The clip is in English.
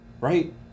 Right